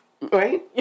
Right